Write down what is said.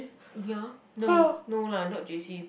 ya no no lah not j_c